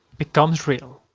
becomes real.